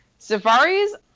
safaris